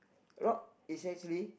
rock is actually